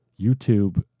YouTube